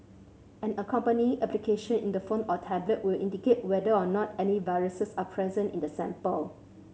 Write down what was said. an accompanying application in the phone or tablet will indicate whether or not any viruses are present in the sample